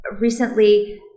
recently